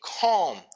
calm